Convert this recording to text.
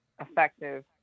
effective